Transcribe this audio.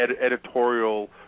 editorial